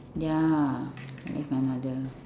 ya I like my mother